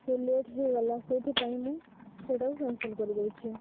show late ହୋଇଗଲା ସେଇଥିପାଇଁ ମୁଁ ସେଇଟାକୁ କ୍ୟାନ୍ସଲ୍ କରିଦେଉଛି